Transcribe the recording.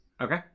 Okay